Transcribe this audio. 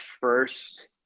first